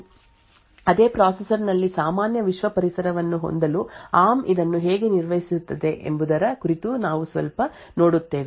ಆದ್ದರಿಂದ ಎರಡು ಪರಿಸರಗಳನ್ನು ಸುರಕ್ಷಿತಗೊಳಿಸಲು ಮತ್ತು ಅದೇ ಪ್ರೊಸೆಸರ್ ನಲ್ಲಿ ಸಾಮಾನ್ಯ ವಿಶ್ವ ಪರಿಸರವನ್ನು ಹೊಂದಲು ಆರ್ಮ್ ಇದನ್ನು ಹೇಗೆ ನಿರ್ವಹಿಸುತ್ತದೆ ಎಂಬುದರ ಕುರಿತು ನಾವು ಸ್ವಲ್ಪ ನೋಡುತ್ತೇವೆ